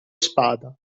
spada